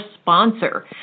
sponsor